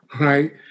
right